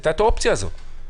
אבל הייתה האופציה הזאת.